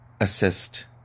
assist